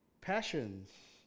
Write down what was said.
passions